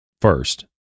first